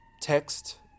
text